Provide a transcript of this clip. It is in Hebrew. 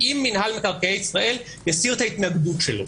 אם מינהל מקרקעי ישראל יסיר את התנגדותו.